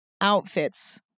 outfits